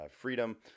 freedom